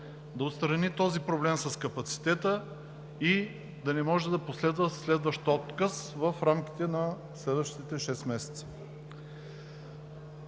да отстрани този проблем с капацитета и да не може да последва отказ в рамките на следващите шест месеца.